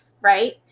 Right